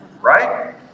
Right